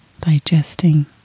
digesting